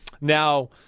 Now